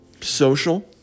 social